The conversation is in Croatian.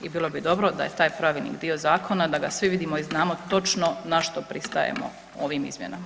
I bilo bi dobro da je taj Pravilnik dio Zakona, da ga svi vidimo i znamo točno na što pristajemo ovim izmhenama.